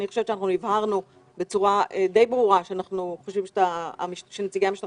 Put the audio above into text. הבהרנו בצורה ברורה שאנחנו חושבים שנציגי המשטרה